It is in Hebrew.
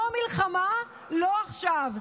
"לא מלחמה, לא עכשיו".